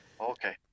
Okay